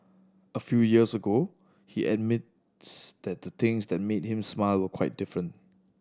a few years ago he admits that the things that made him smile were quite different